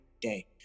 day